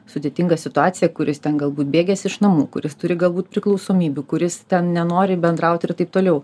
sudėtinga situacija kuris ten galbūt bėgęs iš namų kuris turi galbūt priklausomybių kuris ten nenori bendraut ir taip toliau